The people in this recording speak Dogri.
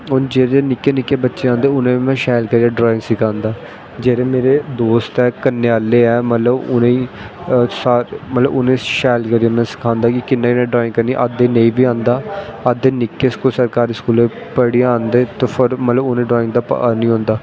हून जेह्ड़े निक्के निक्के बच्चे आंदे उ'नेंगी में शैल करियै सखांदा जेह्ड़े मेरे दोस्त ऐ कन्नै आह्ले मतलव उनेंगी शैल करियै में सखांदे ते उ'नेंगी ड्राईंग करनां नेंई बी आंदा अगर ते निक्के सरकारी स्कूलै चा पढ़ियै आंदे ते उनेंगी ड्राईंग दा पता नी होंदा